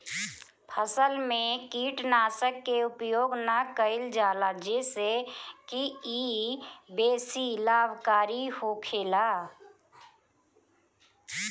फसल में कीटनाशक के उपयोग ना कईल जाला जेसे की इ बेसी लाभकारी होखेला